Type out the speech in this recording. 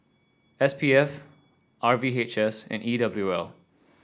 S P F R V H S and E W L